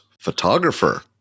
photographer